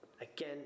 again